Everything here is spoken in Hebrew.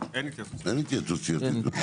אין התייעצות סיעתית.